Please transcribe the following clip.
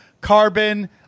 carbon